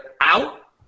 out